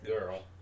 Girl